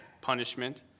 punishment